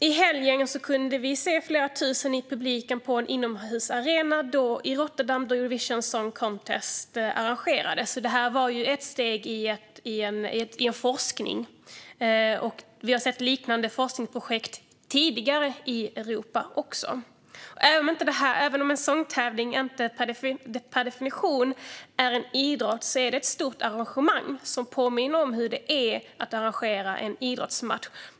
I helgen kunde vi se flera tusen i publiken i den inomhusarena i Rotterdam där Eurovision Song Contest arrangerades. Det här var ett steg i ett forskningsprojekt, och vi har tidigare sett liknande forskningsprojekt i Europa. Även om en sångtävling inte per definition är idrott är det ett stort evenemang som påminner om hur det är att arrangera en idrottsmatch.